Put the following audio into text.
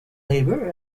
labour